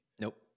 nope